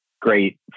great